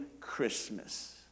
Christmas